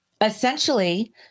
essentially